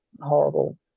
horrible